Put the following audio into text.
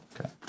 Okay